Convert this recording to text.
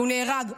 נהרג.